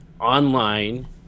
online